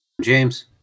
james